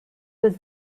was